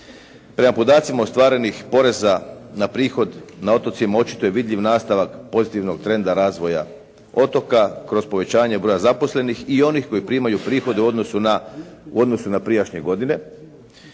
Prema podacima ostvarenih poreza na prihod na otocima očito je vidljiv nastavak pozitivnog trenda razvoja otoka kroz povećanje broja zaposlenih i onih koji primaju prihode u odnosu na prijašnje godine.